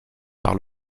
par